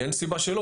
אין סיבה שלא.